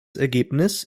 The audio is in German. ergebnis